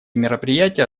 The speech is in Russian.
мероприятия